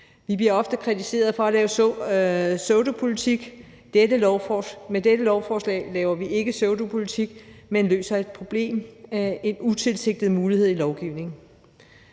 Vi bliver ofte kritiseret for at lave pseudopolitik. Med dette lovforslag laver vi ikke pseudopolitik, men løser et problem, en utilsigtet mulighed i lovgivningen.